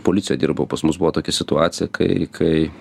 policijoj dirbau pas mus buvo tokia situacija kai kai